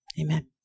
amen